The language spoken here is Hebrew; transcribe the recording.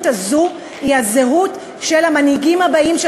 והזהות הזו היא הזהות של המנהיגים הבאים של